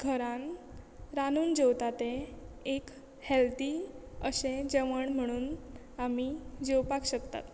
घरान रांदून जेवता ते एक हेल्थी अशे जेवण म्हणून आमी जेवपाक शकतात